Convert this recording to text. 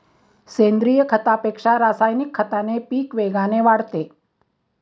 सेंद्रीय खतापेक्षा रासायनिक खताने पीक वेगाने वाढते